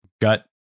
gut